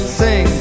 sing